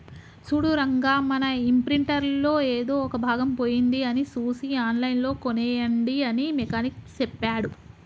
సూడు రంగా మన ఇంప్రింటర్ లో ఎదో ఒక భాగం పోయింది అది సూసి ఆన్లైన్ లో కోనేయండి అని మెకానిక్ సెప్పాడు